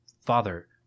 Father